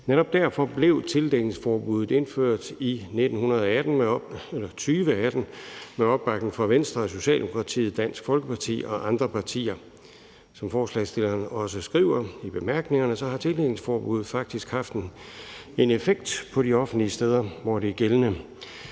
Netop derfor blev tildækningsforbuddet indført i 2018 med opbakning fra Venstre og Socialdemokratiet, Dansk Folkeparti og andre partier. Som forslagsstillerne også skriver i bemærkningerne, har tildækningsforbuddet faktisk haft en effekt på de offentlige steder, hvor det er gældende.